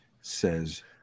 says